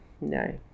no